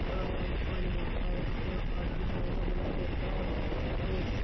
کڑکتا ہوا پانی آتا ہے جس میں ہاتھ بھی دھونے کا من نہیں کرتا اور اس